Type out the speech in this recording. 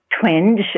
twinge